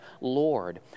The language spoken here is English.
Lord